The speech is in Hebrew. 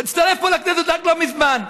הצטרף פה לכנסת רק לא מזמן.